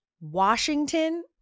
Washington